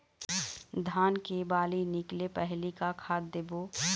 धान के बाली निकले पहली का खाद देबो?